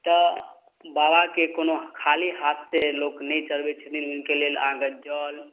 तऽ बाबाके कोनो खाली हाथ से लोक नहि चढ़बै छथिन हुनके लेल अहाँके जल